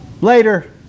Later